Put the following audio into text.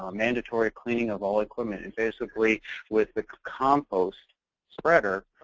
ah mandatory cleaning of all equipment. and basically with the compost spreader,